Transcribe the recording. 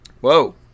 whoa